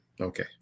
Okay